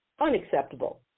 Unacceptable